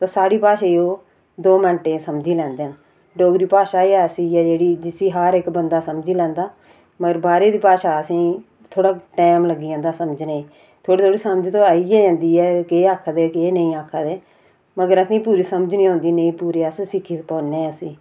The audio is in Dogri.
ते साढ़ी भाषा गी ओह् दो मैंटें च समझी लैंदे न डोगरी भाषा ही ऐसी ऐ जिसी हर इक बंदा समझी लैंदा मगर बाहरे दी भाषा असेंगी थोह्ड़ा टैम लग्गी जंदा समझने गी थोह्ड़ी थोह्ड़ी समझ ते आई के जंदी ऐ केह् आक्खा दे केह् नेईं आक्खा दे मगर असेंगी पूरी समझ नेई आंदी नेईं पूरी अस सिक्खी पाने आं उसी